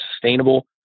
sustainable